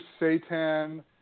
seitan